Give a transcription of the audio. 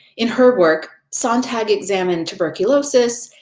in her work, sontag examined tuberculosis,